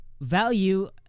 value